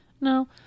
No